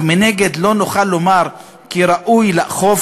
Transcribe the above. אך מנגד לא נוכל לומר כי ראוי לאכוף